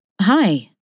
Hi